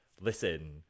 listen